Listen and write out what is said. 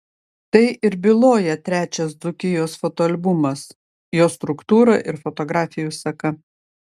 tai ir byloja trečias dzūkijos fotoalbumas jo struktūra ir fotografijų seka